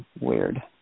weird